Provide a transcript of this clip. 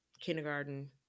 kindergarten